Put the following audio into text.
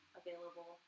available